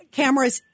cameras